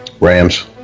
Rams